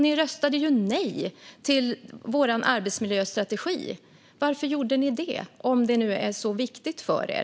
Ni röstade också nej till vår arbetsmiljöstrategi. Varför gjorde ni det, om det nu är så viktigt för er?